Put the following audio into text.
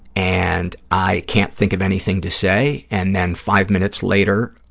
and i can't think of anything to say and then, five minutes later,